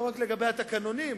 לא רק לגבי התקנונים,